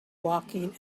walking